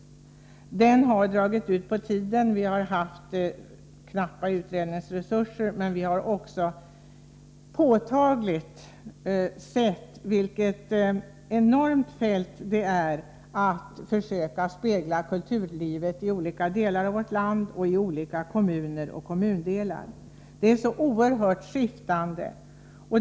Utredningen har dragit ut på tiden därför att vi har haft knappa utredningsresurser, men också därför att vi påtagligt sett vilket enormt arbete det innebär att försöka spegla kulturlivets hela fält i olika delar av vårt land, i olika kommuner och kommundelar. Det är så oerhört skiftande.